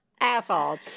asshole